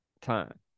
time